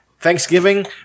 Thanksgiving